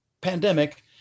pandemic